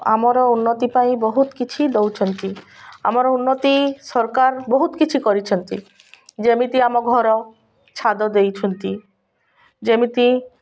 ଆମର ଉନ୍ନତି ପାଇଁ ବହୁତ କିଛି ଦେଉଛନ୍ତି ଆମର ଉନ୍ନତି ସରକାର ବହୁତ କିଛି କରିଛନ୍ତି ଯେମିତି ଆମ ଘର ଛାତ ଦେଇଛନ୍ତି ଯେମିତି